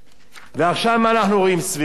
ועכשיו, מה אנחנו רואים סביבנו?